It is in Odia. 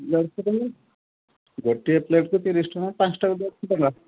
ଗୋଟିଏ ପ୍ଲେଟ୍କୁ ତିରିଶି ଟଙ୍କା ପାଞ୍ଚଟାକୁ ଦେଢ଼ଶହ ଟଙ୍କା